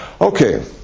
Okay